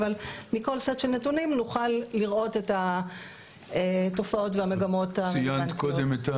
אבל מכל סט של נתונים נוכל לראות את התופעות והמגמות הרלוונטיות.